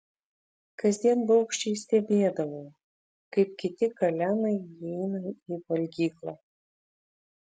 kasdien baugščiai stebėdavau kaip kiti kalenai įeina į valgyklą